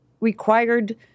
required